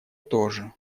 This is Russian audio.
тоже